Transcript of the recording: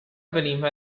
veniva